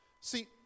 See